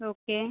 okay